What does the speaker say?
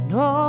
no